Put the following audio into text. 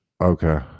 Okay